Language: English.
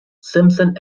simpson